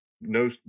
No